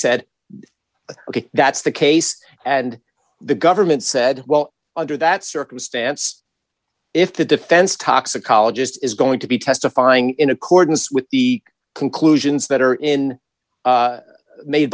said ok that's the case and the government said well under that circumstance if the defense toxicologist is going to be testifying in accordance with the conclusions that are in made